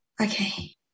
Okay